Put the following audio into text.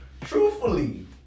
truthfully